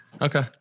Okay